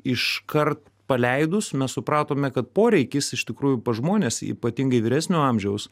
iškart paleidus mes supratome kad poreikis iš tikrųjų pas žmones ypatingai vyresnio amžiaus